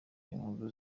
inkuru